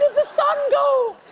the sun go? oh,